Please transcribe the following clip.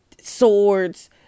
swords